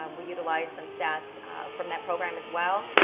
um we utilize some stats from that program, as well.